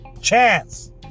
chance